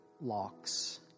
locks